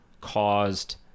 caused